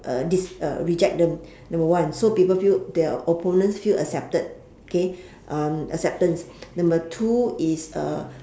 uh this uh reject them number one so people feel the opponents feel accepted K um acceptance number two is uh